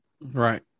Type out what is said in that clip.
Right